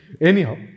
Anyhow